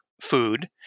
food